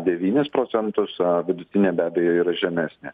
devynis procentus vidutinė be abejo yra žemesnė